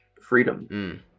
freedom